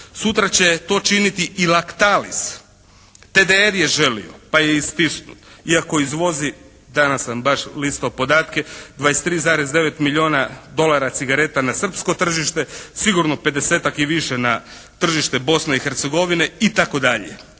Sutra će to činiti i "Laktalis", "TDR" je želio pa je istisnut iako izvozi danas sam baš listao podatke, 23,9 milijuna dolara cigareta na srpsko tržište, sigurno 50-tak i više na tržište Bosne i Hercegovine itd.